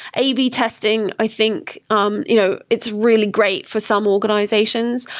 a b testing, i think um you know it's really great for some organizations.